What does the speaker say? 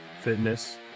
fitness